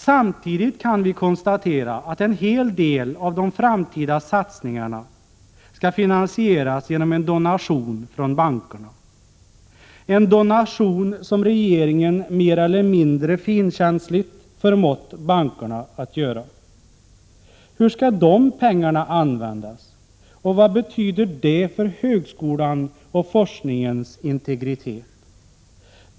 Samtidigt kan vi konstatera att en hel del av de framtida satsningarna skall finansieras genom en donation från bankerna — en donation som regeringen mer eller mindre finkänsligt förmått bankerna att göra. Hur skall de pengarna användas och vad betyder det för högskolans och forskningens integritet?